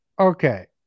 okay